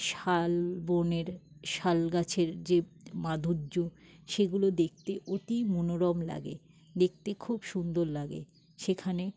শাল বনের শাল গাছের যে মাধুর্য্য সেগুলো দেখতে অতি মনোরম লাগে দেখতে খুব সুন্দর লাগে সেখানে